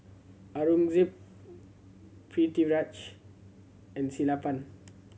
Aurangzeb Pritiviraj and Sellapan